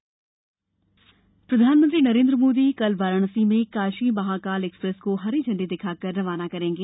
मोदी वाराणसी प्रधानमंत्री नरेंद्र मोदी कल वाराणसी में काशी महाकाल एक्सप्रेस को हरी झंडी दिखाकर रवाना करेंगे